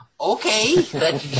Okay